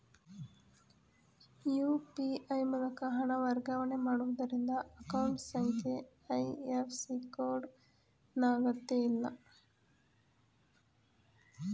UPI ಮೂಲಕ ಹಣ ವರ್ಗಾವಣೆ ಮಾಡುವುದರಿಂದ ಅಕೌಂಟ್ ಸಂಖ್ಯೆ ಐ.ಎಫ್.ಸಿ ಕೋಡ್ ನ ಅಗತ್ಯಇಲ್ಲ